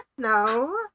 No